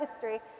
history